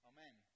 Amen